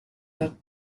not